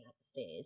upstairs